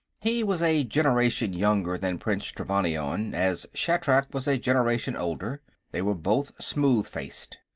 he was a generation younger than prince trevannion, as shatrak was a generation older they were both smooth-faced.